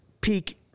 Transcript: peak